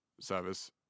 service